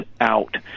out